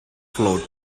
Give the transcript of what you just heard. float